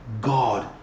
God